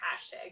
hashtag